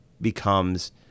becomes